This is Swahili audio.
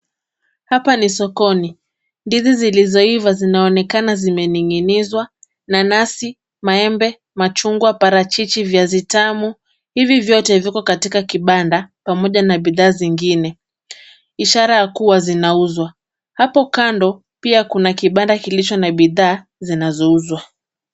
Hapa ni sokoni. Ndizi zilizoiva zinaonekana zimening'inizwa nanasi, maembe. machungwa, parachichi, viazi vitamu. Hivi vyote viko katika kibanda pamoja na bidhaa zingine ishara ya kuwa zinauzwa. Hapo kando pia kuna kibanda kilicho na bidhaa zinauzwa.